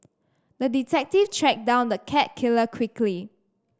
the detective tracked down the cat killer quickly